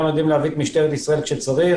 אנחנו גם יודעים להביא את משטרת ישראל כשצריך,